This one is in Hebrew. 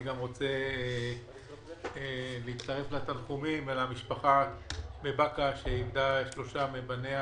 אני גם רוצה להצטרף לתנחומים למשפחה בבקעה שאיבדה שלושה מבניה